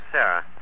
Sarah